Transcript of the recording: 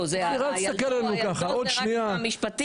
לא, 'ילדו' זה רק עם המשפטים.